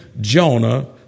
Jonah